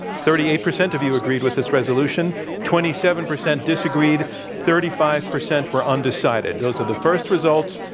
thirty eight percent of you agreed with this resolution twenty seven percent disagreed thirty five percent were undecided. those are the first results.